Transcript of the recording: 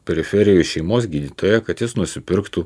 periferijoje šeimos gydytoją kad jis nusipirktų